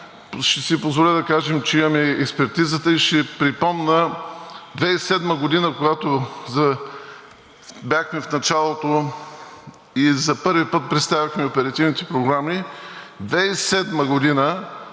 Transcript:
Ще си позволя да кажа, че имаме експертизата. Ще припомня 2007 г., когато бяхме в началото и за първи път представяхме оперативните програми.